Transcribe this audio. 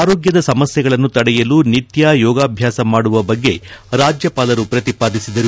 ಆರೋಗ್ಯದ ಸಮಸ್ವೆಗಳನ್ನು ತಡೆಯಲು ನಿತ್ತ ಯೋಗಾಭ್ವಾಸ ಮಾಡುವ ಬಗ್ಗೆ ರಾಜ್ಯಪಾಲರು ಪ್ರತಿಪಾದಿಸಿದರು